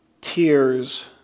tears